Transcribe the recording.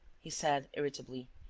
he said, irritably.